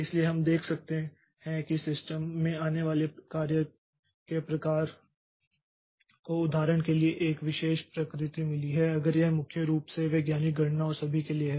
इसलिए हम देख सकते हैं कि सिस्टम में आने वाले कार्य के प्रकार को उदाहरण के लिए एक विशेष प्रकृति मिली है अगर यह मुख्य रूप से वैज्ञानिक गणना और सभी के लिए है